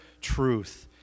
truth